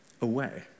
away